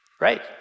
Right